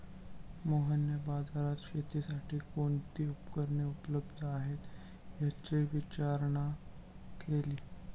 मोहितने बाजारात शेतीसाठी कोणती उपकरणे उपलब्ध आहेत, याची विचारणा केली